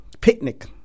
picnic